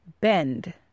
bend